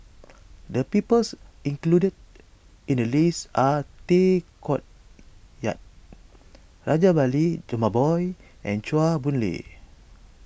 the peoples included in the list are Tay Koh Yat Rajabali Jumabhoy and Chua Boon Lay